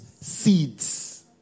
seeds